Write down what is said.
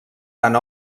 tant